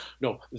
No